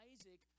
Isaac